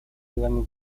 делами